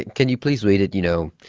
can you please read it, you know,